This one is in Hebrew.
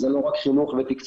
זה לא רק חינוך ותקצוב.